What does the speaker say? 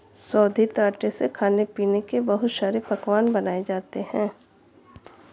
शोधित आटे से खाने पीने के बहुत सारे पकवान बनाये जाते है